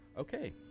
Okay